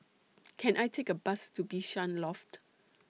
Can I Take A Bus to Bishan Loft